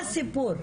הסיפור.